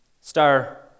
star